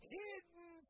hidden